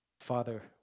Father